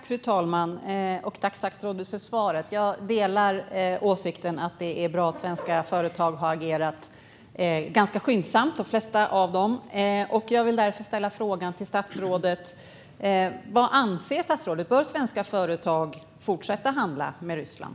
Fru talman! Tack för svaret, statsrådet! Jag instämmer i att det är bra att de flesta av de svenska företagen har agerat ganska skyndsamt. Jag vill därför fråga statsrådet om statsrådet anser att svenska företag bör fortsätta handla med Ryssland.